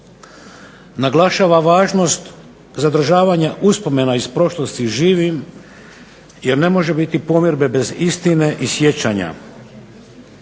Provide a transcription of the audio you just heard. naglašava važnost zadržavanja uspomena iz prošlosti živim, jer ne može biti pomirbe bez istine i sjećanja.